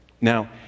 Now